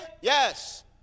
Yes